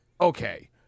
okay